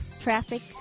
traffic